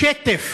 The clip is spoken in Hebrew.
שטף